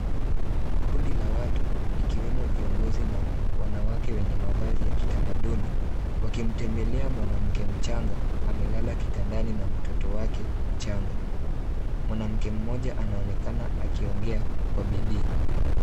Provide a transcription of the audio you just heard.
Kundi la watu, ikiwemo viongozi na wanawake wenye mavazi ya kitamaduni, wakimtembelea mwanamke mchanga amelala kitandani na mtoto wake mchanga. Mwanamke mmoja anaonekana akiongea kwa bidii.